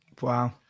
Wow